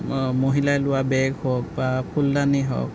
মহিলাই লোৱা বেগ হওক বা ফুলদানি হওক